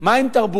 מה עם תרבות?